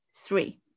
three